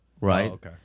right